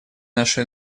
нашу